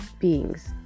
beings